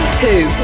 two